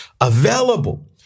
available